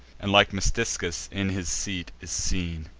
and, like metiscus, in his seat is seen.